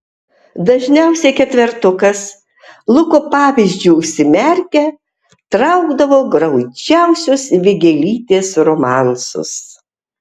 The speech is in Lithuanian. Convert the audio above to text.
dažniausiai ketvertukas luko pavyzdžiu užsimerkę traukdavo graudžiuosius vėgėlytės romansus